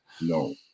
No